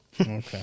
okay